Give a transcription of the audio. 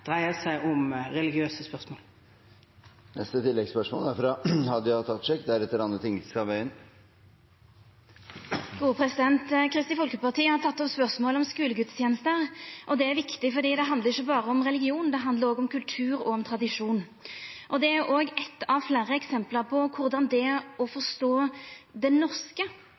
dreier seg om religiøse spørsmål. Hadia Tajik – til oppfølgingsspørsmål. Kristelig Folkeparti har teke opp spørsmålet om skulegudsteneste, og det er viktig fordi det ikkje berre handlar om religion, det handlar òg om kultur og tradisjon. Det er òg eitt av fleire eksempel på korleis det å forstå det norske er noko meir enn berre å kunna det norske